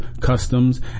customs